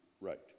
right